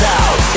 out